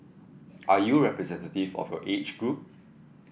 are you representative of your age group